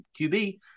QB